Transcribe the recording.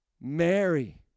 Mary